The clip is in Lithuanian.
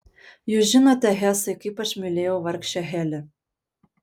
jūs žinote hesai kaip aš mylėjau vargšę heli